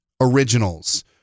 originals